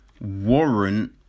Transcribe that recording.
warrant